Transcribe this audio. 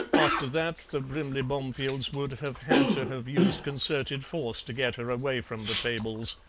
after that the brimley bomefields would have had to have used concerted force to get her away from the tables.